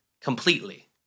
completely